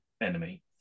enemy